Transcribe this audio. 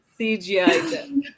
CGI